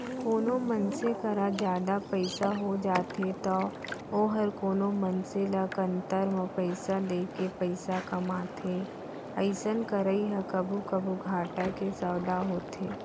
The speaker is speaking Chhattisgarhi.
कोनो मनसे करा जादा पइसा हो जाथे तौ वोहर कोनो मनसे ल कन्तर म पइसा देके पइसा कमाथे अइसन करई ह कभू कभू घाटा के सौंदा होथे